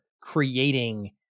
creating